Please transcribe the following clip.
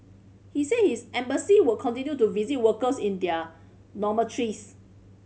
he said his embassy will continue to visit workers in their dormitories